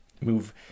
move